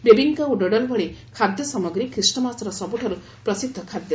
ବେବିଙ୍କା ଓ ଡୋଡୋଲ ଭଳି ଖାଦ୍ୟସାମଗ୍ରୀ ଖ୍ରୀଷ୍ଟମାସର ସବୁଠାରୁ ପ୍ରସିଦ୍ଧ ଖାଦ୍ୟ